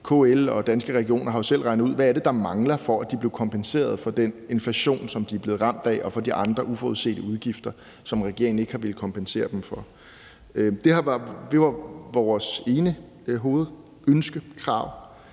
KL og Danske Regioner har jo selv regnet ud, hvad det er, der mangler, for at de bliver kompenseret for den inflation, som de er blevet ramt af, og for de andre uforudsete udgifter, som regeringen ikke har villet kompensere dem for. Det var vores ene hovedønske og krav.